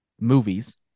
movies